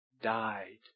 died